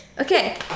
Okay